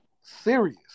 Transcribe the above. serious